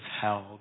held